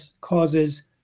causes